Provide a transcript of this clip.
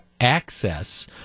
access